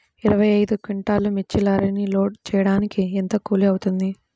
ఇరవై ఐదు క్వింటాల్లు మిర్చి లారీకి లోడ్ ఎత్తడానికి ఎంత కూలి అవుతుంది?